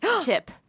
tip